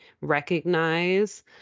recognize